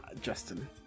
Justin